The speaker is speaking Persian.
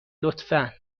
لطفا